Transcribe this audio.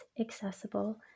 accessible